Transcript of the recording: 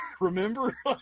Remember